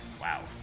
Wow